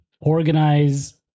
organize